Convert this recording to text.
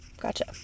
Gotcha